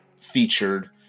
featured